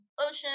ocean